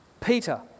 Peter